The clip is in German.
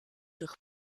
durch